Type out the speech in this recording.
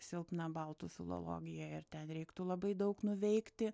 silpna baltų filologija ir ten reiktų labai daug nuveikti